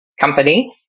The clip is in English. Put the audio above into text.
company